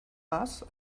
bus